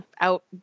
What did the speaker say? out